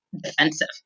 defensive